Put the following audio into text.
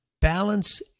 Balance